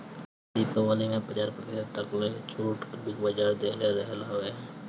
दीपावली में तअ पचास प्रतिशत तकले कअ छुट बिग बाजार देहले रहल हवे